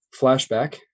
flashback